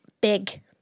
big